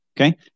Okay